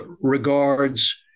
regards